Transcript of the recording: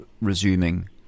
resuming